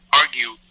argue